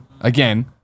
again